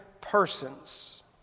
persons